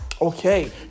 Okay